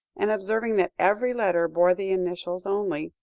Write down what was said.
and observing that every letter bore the initials only,